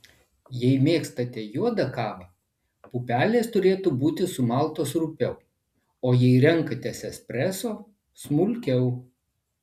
jei mėgstate juodą kavą pupelės turėtų būti sumaltos rupiau o jei renkatės espreso smulkiau